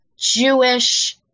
Jewish